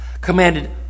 Commanded